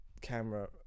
camera